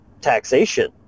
taxation